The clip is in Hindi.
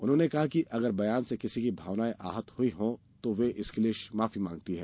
उन्होंने कहा कि अगर बयान से किसी की भावनाएं आहत हुई हों तो वे इसके लिए माफी मांगती हैं